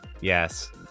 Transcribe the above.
yes